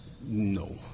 No